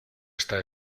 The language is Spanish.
está